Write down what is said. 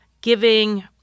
giving